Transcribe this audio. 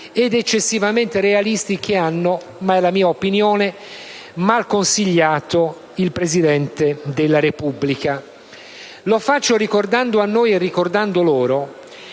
ed eccessivamente realisti che hanno (ma è la mia opinione) mal consigliato il Presidente della Repubblica. Lo faccio ricordando a noi e a loro